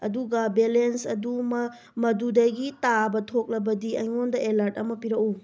ꯑꯗꯨꯒ ꯕꯦꯂꯦꯁ ꯑꯗꯨ ꯃꯗꯨꯗꯒꯤ ꯇꯥꯕ ꯊꯣꯛꯂꯕꯗꯤ ꯑꯩꯉꯣꯟꯗ ꯑꯦꯂ꯭ꯔꯠ ꯑꯃ ꯄꯤꯔꯛꯎ